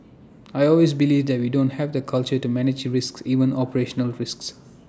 I always believe that we don't have the culture to manage risks even operational risks